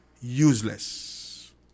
useless